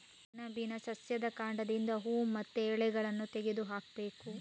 ಸೆಣಬಿನ ಸಸ್ಯದ ಕಾಂಡದಿಂದ ಹೂವು ಮತ್ತೆ ಎಲೆಗಳನ್ನ ತೆಗೆದು ಹಾಕ್ಬೇಕು